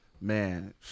man